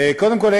קודם כול,